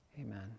amen